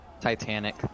Titanic